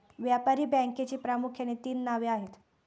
व्यापारी बँकेची प्रामुख्याने तीन नावे आहेत